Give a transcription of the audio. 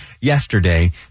yesterday